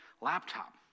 laptop